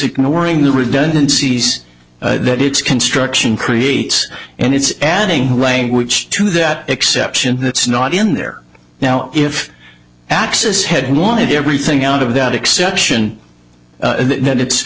ignoring the redundancies that it's construction creates and it's adding language to that exception that's not in there now if access had wanted everything out of that exception that it's